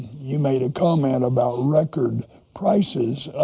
you made a comment about record prices.